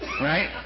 Right